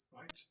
right